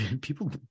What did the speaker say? People